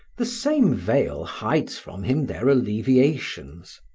the same veil hides from him their alleviations,